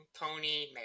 pony